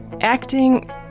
acting